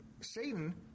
Satan